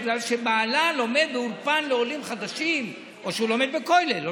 ובעלה לומד באולפן לעולים חדשים או לומד בכולל או